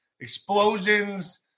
Explosions